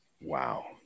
Wow